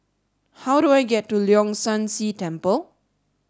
how do I get to Leong San See Temple